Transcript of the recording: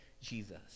jesus